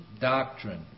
doctrine